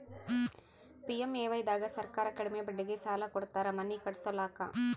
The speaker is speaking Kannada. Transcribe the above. ಪಿ.ಎಮ್.ಎ.ವೈ ದಾಗ ಸರ್ಕಾರ ಕಡಿಮಿ ಬಡ್ಡಿಗೆ ಸಾಲ ಕೊಡ್ತಾರ ಮನಿ ಕಟ್ಸ್ಕೊಲಾಕ